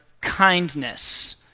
kindness